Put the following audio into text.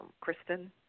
Kristen